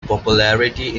popularity